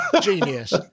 genius